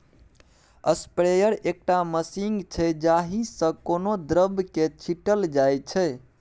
sprayer एकटा machine छै जाहि सँ कोनो द्रब केँ छीटल जाइ छै